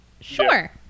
sure